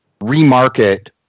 remarket